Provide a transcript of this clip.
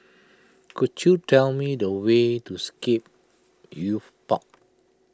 could you tell me the way to Scape Youth Park